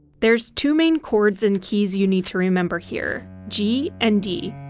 there's two main chords and keys you need to remember here, g and d.